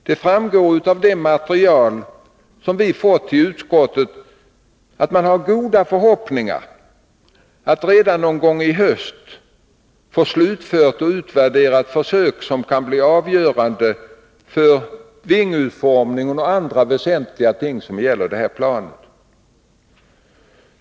Det framgår av det material som vi fått till utskottet att man har goda förhoppningar att redan någon gång i höst få försök slutförda och utvärderade som kan bli avgörande för planets vingutformning och andra väsentliga ting.